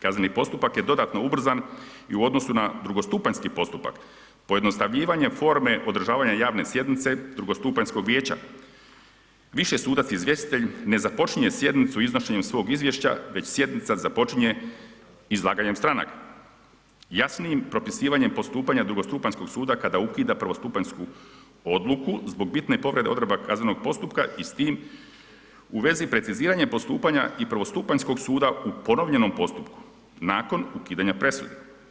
Kazneni postupak je dodatno ubrzan i u odnosu na drugostupanjski postupak, pojednostavljivanje forme održavanja javne sjednice drugostupanjskog vijeća, više sudac izvjestitelj ne započinje sjednicu iznošenjem svog izvješća već sjednica započinje izlaganjem stranaka jasnijim propisivanjem postupanja drugostupanjskog suda kada ukida prvostupanjsku odluku zbog bitne povrede odredba kaznenog postupka i s tim u vezi preciziranje postupanja i prvostupanjskog suda u ponovljenom postupku nakon ukidanja presude.